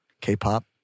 K-pop